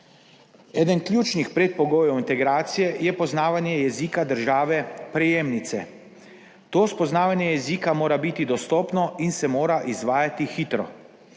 Eden ključnih predpogojev integracije je poznavanje jezika države prejemnice. To spoznavanje jezika mora biti dostopno in se mora izvajati hitro.